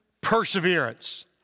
perseverance